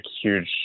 huge